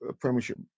Premiership